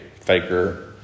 Faker